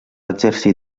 exercir